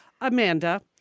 Amanda